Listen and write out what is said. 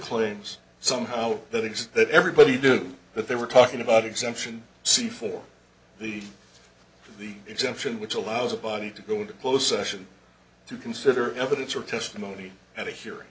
claims somehow that exist that everybody knew that they were talking about exemption c for the for the exemption which allows a body to go into closed session to consider evidence or testimony at a he